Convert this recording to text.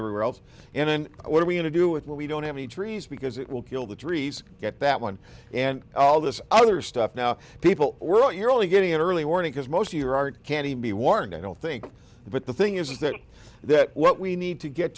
everywhere else and then what are we going to do with what we don't have any trees because it will kill the trees get that one and all this other stuff now people we're not you're only getting an early warning because most of your art can't even be worn i don't think but the thing is is that what we need to get